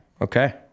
okay